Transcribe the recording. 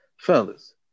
Fellas